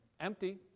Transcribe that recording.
empty